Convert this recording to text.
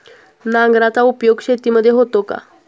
नांगराचा उपयोग शेतीमध्ये होतो का?